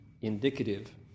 indicative